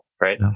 right